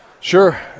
Sure